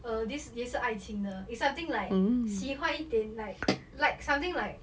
uh this 也是爱情的 it's something like 喜欢一点 like like something like